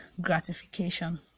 gratification